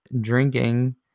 drinking